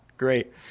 Great